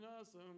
awesome